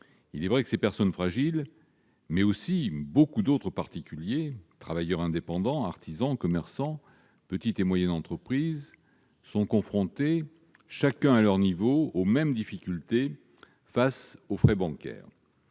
Il est vrai que ces personnes fragiles, tout comme d'autres particuliers- travailleurs indépendants, artisans, commerçants, petites et moyennes entreprises -, sont confrontées, chacune à leur niveau, aux mêmes difficultés face aux frais bancaires,